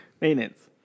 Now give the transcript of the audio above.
Maintenance